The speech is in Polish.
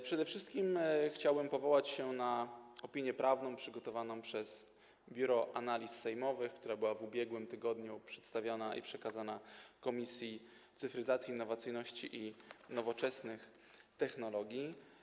Przede wszystkim chciałem powołać się na opinię prawną przygotowaną przez Biuro Analiz Sejmowych, która była w ubiegłym tygodniu przedstawiona i przekazana Komisji Cyfryzacji, Innowacyjności i Nowoczesnych Technologii.